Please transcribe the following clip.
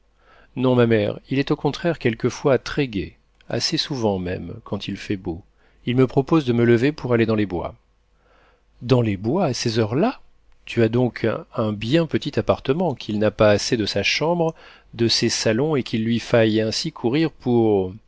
non ma mère il est au contraire quelquefois très-gai assez souvent même quand il fait beau il me propose de me lever pour aller dans les bois dans les bois à ces heures là tu as donc un bien petit appartement qu'il n'a pas assez de sa chambre de ses salons et qu'il lui faille ainsi courir pour